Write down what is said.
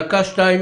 יש לך דקה-שתיים.